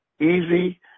easy